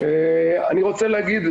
אני רוצה להגיד,